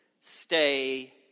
stay